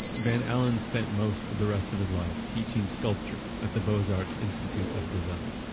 van alen spent most of the rest of his life teaching sculpture at the beaux-arts institute of design,